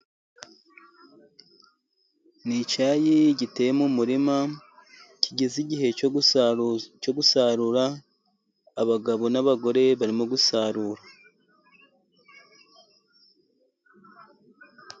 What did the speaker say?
N'icyayi giteye mu murima kigeze igihe cyo gusarurwa, abagabo n'abagore barimo gusarura.